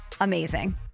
Amazing